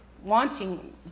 wanting